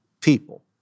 people